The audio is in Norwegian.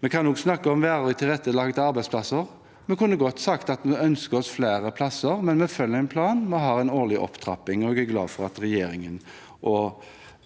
Vi kan også snakke om varig tilrettelagte arbeidsplasser, og vi kunne godt sagt at vi ønsker oss flere plasser, men vi følger en plan, og vi har en årlig opptrapping. Jeg er glad for at